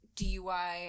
DUI